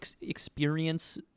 experience